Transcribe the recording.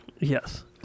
Yes